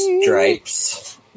stripes